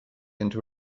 into